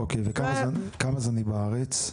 וכמה זמן היא בארץ?